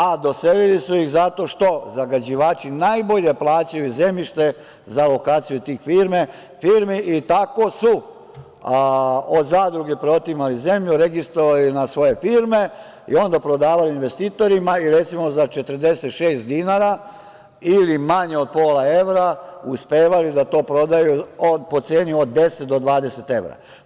A doselili su ih zato što zagađivači najbolje plaćaju zemljište za lokaciju tih firmi i tako su od zadruge preotimali zemlju, registrovali na svoje firme i onda prodavali investitorima, i recimo za 46 dinara ili manje od pola evra uspevali da to prodaju po ceni od 10 do 20 evra.